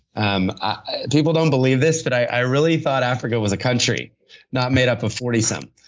um ah people don't believe this but, i really thought africa was a country not made up of forty some.